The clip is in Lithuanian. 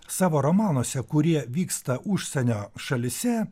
savo romanuose kurie vyksta užsienio šalyse